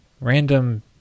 random